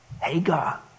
Hagar